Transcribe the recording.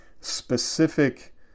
specific